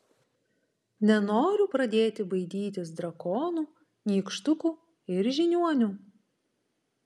nenoriu pradėti baidytis drakonų nykštukų ir žiniuonių